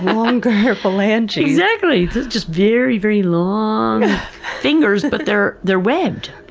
longer phalanges. exactly. just very, very long fingers, but they're they're webbed,